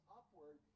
upward